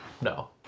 No